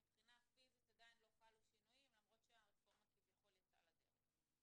מבחינה פיזית עדיין לא חלו שינויים למרות שהרפורמה כביכול יצאה לדרך.